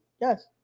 Yes